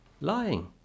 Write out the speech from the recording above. lying